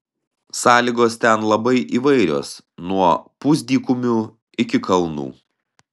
sąlygos ten labai įvairios nuo pusdykumių iki kalnų